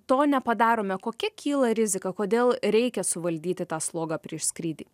to nepadarome kokia kyla rizika kodėl reikia suvaldyti tą slogą prieš skrydį